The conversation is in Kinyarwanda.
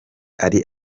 ari